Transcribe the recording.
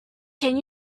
can